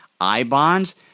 iBonds